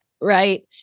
right